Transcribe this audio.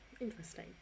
Interesting